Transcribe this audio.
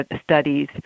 studies